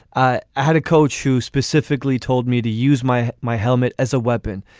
i had a coach who specifically told me to use my my helmet as a weapon.